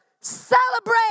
celebrate